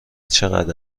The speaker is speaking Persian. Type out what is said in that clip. چقدر